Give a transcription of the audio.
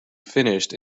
finished